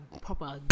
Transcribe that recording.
proper